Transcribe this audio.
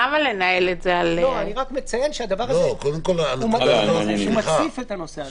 למה לנהל את זה --- אני רק מציין שהדבר הזה מציף את הנושא הזה.